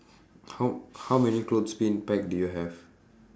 how how many clothes pin peg do you have